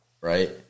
Right